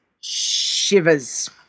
shivers